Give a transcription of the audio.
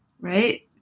Right